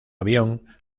avión